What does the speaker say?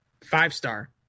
Five-star